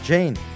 Jane